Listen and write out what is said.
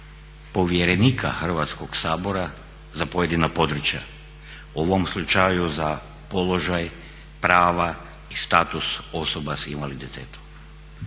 povjerenika Hrvatskog sabora za pojedina područja. U ovom slučaju za položaj prava i status osoba s invaliditetom.